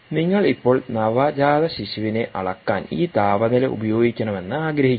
നിങ്ങൾ ഇപ്പോഴും നവജാതശിശുവിനെ അളക്കാൻ ഈ താപനില ഉപയോഗിക്കണമെന്ന് ആഗ്രഹിക്കുന്നു